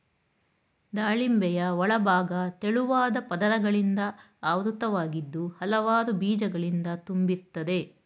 ದಾಳಿಂಬೆಯ ಒಳಭಾಗ ತೆಳುವಾದ ಪದರಗಳಿಂದ ಆವೃತವಾಗಿದ್ದು ಹಲವಾರು ಬೀಜಗಳಿಂದ ತುಂಬಿರ್ತದೆ